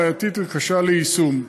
בעייתית וקשה ליישום.